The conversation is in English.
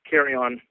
carry-on